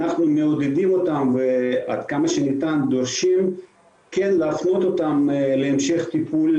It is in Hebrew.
אנחנו מעודדים אותם ועד כמה שניתן דורשים כן להפנות אותם להמשך טיפול,